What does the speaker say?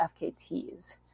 FKTs